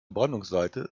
brandungsseite